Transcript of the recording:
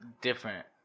different